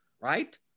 right